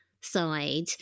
side